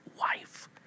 wife